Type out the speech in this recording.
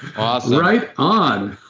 awesome right on,